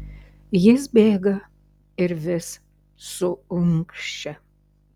jis bėga ir vis suunkščia